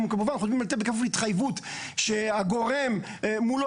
כמובן שחותמים בכפוף להתחייבות שהגורם מולו